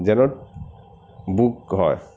যেন বুক হয়